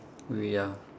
w~ ya